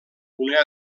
una